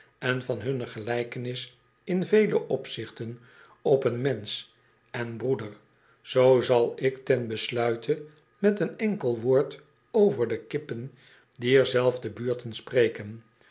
en van hunne gelijkenis in vele opzichten op een mensch en broeder zoo zal ik ten besluite met een enkel woord over de kippen dier zelfde buurten spreken